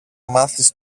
μάθεις